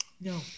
No